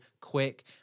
quick